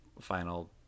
final